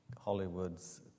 Hollywood's